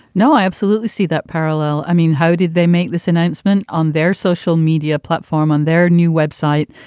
no, i absolutely see that parallel. i mean, how did they make this announcement on their social media platform, on their new web site?